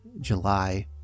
July